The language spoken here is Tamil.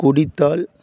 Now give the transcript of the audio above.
குடித்தால்